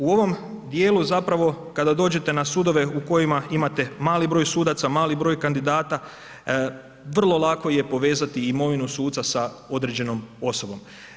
U ovom dijelu zapravo kada dođete na sudove u kojima imate mali broj sudaca, mali broj kandidata, vrlo lako je povezati imovinu suca sa određenom osobom.